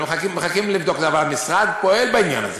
מחכים לבדוק, אבל המשרד פועל בעניין הזה.